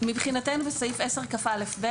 מבחינתנו בסעיף 10כא(ב),